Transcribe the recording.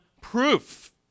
proof